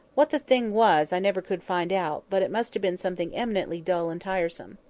what the thing was, i never could find out, but it must have been something eminently dull and tiresome.